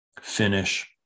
finish